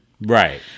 Right